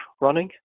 running